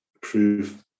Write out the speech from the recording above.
prove